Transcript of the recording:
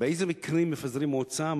באיזה מקרים מפזרים מועצה,